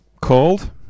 called